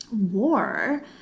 war